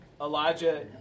Elijah